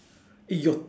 eh your